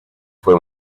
fue